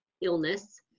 illness